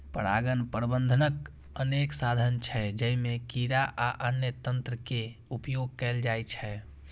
परागण प्रबंधनक अनेक साधन छै, जइमे कीड़ा आ अन्य तंत्र के उपयोग कैल जाइ छै